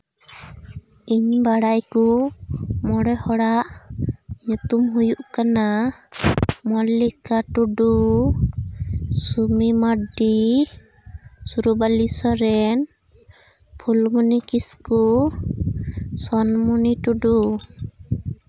ᱤᱧ ᱵᱟᱲᱟᱭ ᱠᱩᱢᱚᱬᱮ ᱦᱲᱟᱜ ᱧᱩᱛᱩᱢ ᱦᱩᱭᱩᱜ ᱠᱟᱱᱟ ᱢᱚᱞᱞᱤᱠᱟ ᱴᱩᱰᱩ ᱥᱩᱢᱤ ᱢᱟᱨᱰᱤ ᱥᱩᱨᱩᱵᱟᱞᱤ ᱥᱚᱨᱮᱱ ᱯᱷᱩᱞᱢᱩᱱᱤ ᱠᱤᱥᱠᱩ ᱥᱚᱱᱢᱩᱱᱤ ᱴᱩᱰᱩ